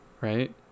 right